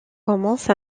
commence